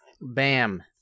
Bam